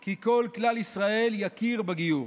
כי כל כלל ישראל יכירו בגיור.